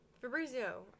Fabrizio